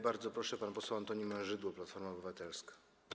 Bardzo proszę, pan poseł Antoni Mężydło, Platforma Obywatelska.